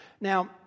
Now